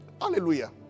Hallelujah